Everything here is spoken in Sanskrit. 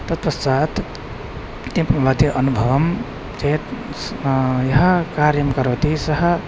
तत् पश्चात् किं भवति अनुभवं चेत् स् यः कार्यं करोति सः